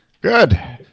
Good